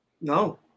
no